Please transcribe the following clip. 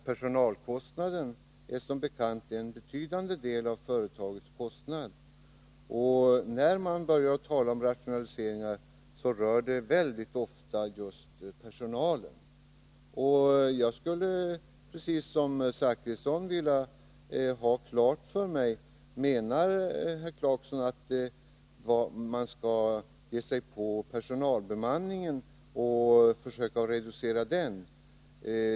Personalkostnaderna är som bekant en betydande del av företagets totala kostnader. När man börjar tala om rationaliseringar är det väldigt ofta just personalen som berörs. Jag skulle precis som Bertil Zachrisson vilja få klart för mig om herr Clarkson menar att man skall ge sig på bemanningen och försöka reducera den.